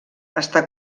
està